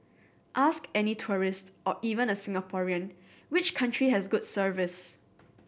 ask any tourist or even a Singaporean which country has good service